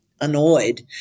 annoyed